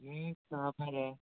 यह कहाँ पर है